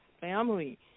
family